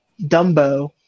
Dumbo